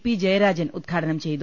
P Jayarajan ഉദ്ഘാടനം ചെയ്തു